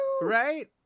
Right